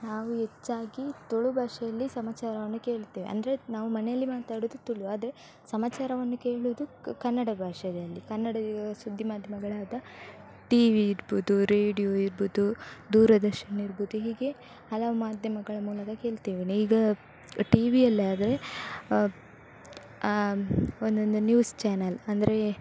ನಾವು ಹೆಚ್ಚಾಗಿ ತುಳು ಭಾಷೆಯಲ್ಲಿ ಸಮಾಚಾರವನ್ನು ಕೇಳ್ತೇವೆ ಅಂದರೆ ನಾವು ಮನೆಯಲ್ಲಿ ಮಾತಾಡುವುದು ತುಳು ಆದರೆ ಸಮಾಚಾರವನ್ನು ಕೇಳುವುದು ಕನ್ನಡ ಭಾಷೆಯಲ್ಲಿ ಕನ್ನಡ ಸುದ್ದಿ ಮಾಧ್ಯಮಗಳಾದ ಟಿವಿ ಇರ್ಬೋದು ರೇಡಿಯೋ ಇರ್ಬೋದು ದೂರದರ್ಶನ ಇರ್ಬೋದು ಹೀಗೆ ಹಲವು ಮಾಧ್ಯಮಗಳ ಮೂಲಕ ಕೇಳ್ತೇವೆ ಈಗ ಟಿವಿಯಲ್ಲಾದರೆ ಒಂದೊಂದು ನ್ಯೂಸ್ ಚಾನಲ್ ರೇಡಿಯೋ ಇರ್ಬೋದು ದೂರದರ್ಶನ ಇರ್ಬೋದು ಹೀಗೆ ಹಲವು ಮಾಧ್ಯಮಗಳ ಮೂಲಕ ಕೇಳ್ತೇವೆ ಇದು ಟಿವಿಯಲ್ಲಾದ್ರೆ ಒಂದೊಂದು ನ್ಯೂಸ್ ಚ್ಯಾನೆಲ್ ಅಂದರೆ